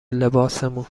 لباسمون